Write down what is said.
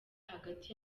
hagati